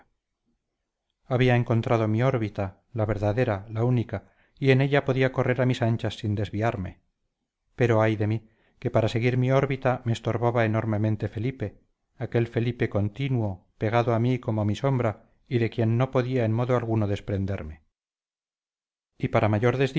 había encontrado mi órbita la verdadera la única y en ella podía correr a mis anchas sin desviarme pero ay de mí que para seguir mi órbita me estorbaba enormemente felipe aquel felipe continuo pegado a mí como mi sombra y de quien no podía en modo alguno desprenderme y para mayor